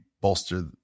bolster